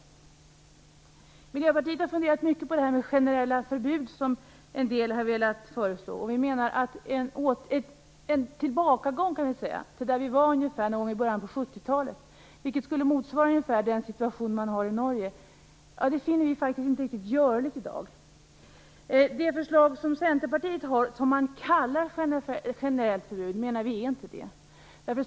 I Miljöpartiet har vi funderat mycket på generella förbud som en del har velat föreslå. Vi finner inte en tillbakagång till ungefär där vi var någon gång i början av 70-talet, vilket skulle motsvara ungefär den situation man har i Norge, riktigt görlig i dag. Det förslag som Centerpartiet har, som man kallar för ett generellt förbud, menar vi inte är det.